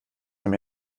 dem